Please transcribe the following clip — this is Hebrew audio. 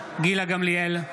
גמליאל,